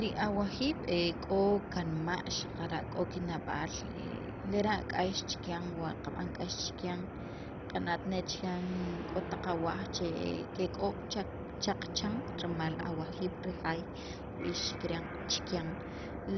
li awajiib' e k'o kanma' xaqara' k'o kinab'aal lera' k'ax chikyan wa qab'an k'ax chikyan qana't ne chan k'o taq awaj che kek'ob' cha qachan rimal e awajiib' re jaay kib'iix chikran chikyan,